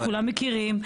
כולם מכירים.